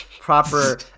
proper